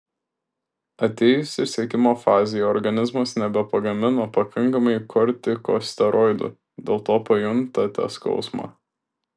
atėjus išsekimo fazei organizmas nebepagamina pakankamai kortikosteroidų dėl to pajuntate skausmą